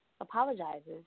apologizes